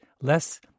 less